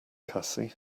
cassie